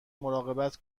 مراقبت